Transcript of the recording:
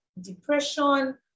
depression